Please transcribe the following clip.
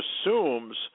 assumes